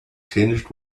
tinged